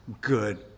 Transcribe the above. good